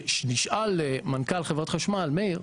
ונשאל מנכ"ל חברת חשמל מאיר,